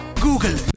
Google